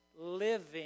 living